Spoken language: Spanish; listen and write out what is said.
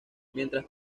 mientras